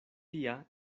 tia